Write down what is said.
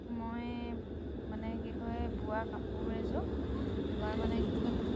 মই মানে কি হয় বোৱা কাপোৰ এযোৰ এবাৰ মানে কি হ'ল